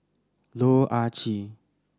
Loh Ah Chee